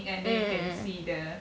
mm mm mm